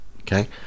okay